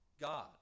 God